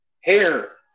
Hair